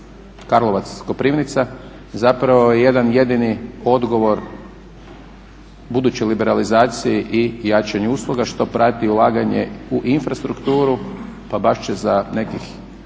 Karlovac – Koprivnica zapravo jedan jedini odgovor budućoj liberalizaciji i jačanju usluga što prati ulaganje u infrastrukturu, pa bar će za nekih